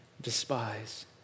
despise